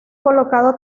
colocado